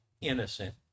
innocent